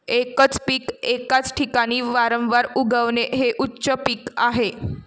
एकच पीक एकाच ठिकाणी वारंवार उगवणे हे उच्च पीक आहे